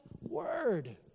word